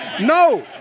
No